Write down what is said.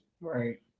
Right